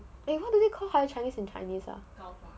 eh how do we call higher chinese in chinese ah